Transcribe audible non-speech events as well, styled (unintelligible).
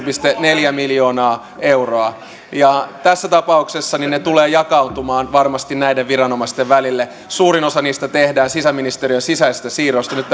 neljä miljoonaa euroa ja tässä tapauksessa ne tulevat jakautumaan varmasti näiden viranomaisten välille suurin osa niistä tehdään sisäministeriön sisäisistä siirroista nyt (unintelligible)